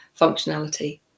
functionality